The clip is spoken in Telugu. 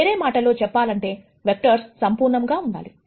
వేరే మాటల్లో చెప్పాలంటే వెక్టర్స్ సంపూర్ణముగా ఉండాలి